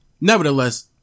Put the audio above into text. nevertheless